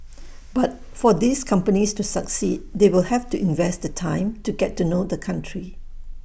but for these companies to succeed they will have to invest the time to get to know the country